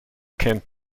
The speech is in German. kennt